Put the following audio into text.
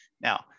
Now